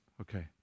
Okay